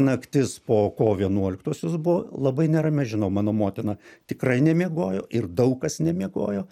naktis po kovo vienuoliktosios buvo labai nerami žinau mano motina tikrai nemiegojo ir daug kas nemiegojo